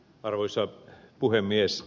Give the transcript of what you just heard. arvoisa puhemies